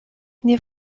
nie